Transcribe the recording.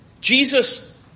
Jesus